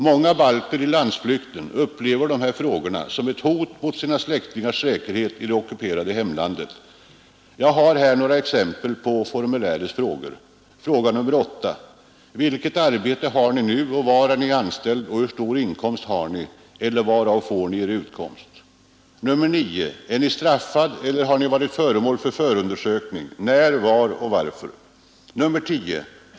Många balter i landsflykten upplever dessa frågor som ett hot mot sina släktingars säkerhet i det ockuperade hemlandet. Jag har här några exempel på formulärets frågor: 8. Vilket arbete har ni nu och var är ni anställd, hur stor inkomst har ni ? 9. Är ni straffad eller har ni varit föremål för förundersökning, när, var och varför? 10.